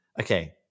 Okay